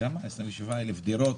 דירות